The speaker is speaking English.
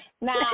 Now